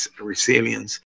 resilience